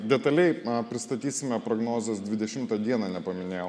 detaliai pristatysime prognozes dvidešimtą dieną nepaminėjau